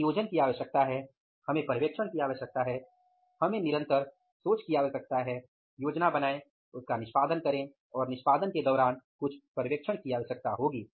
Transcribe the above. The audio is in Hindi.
हमें नियोजन की आवश्यकता है हमें पर्यवेक्षण की आवश्यकता है हमें निरंतर सोच की आवश्यकता है योजना बनाएं उसका निष्पादन करें और निष्पादन के दौरान कुछ पर्यवेक्षण की आवश्यकता होगी